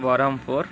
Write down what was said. Brahmapur